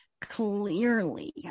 clearly